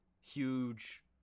huge